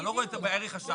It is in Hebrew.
אתה לא רואה את זה בערך השעה.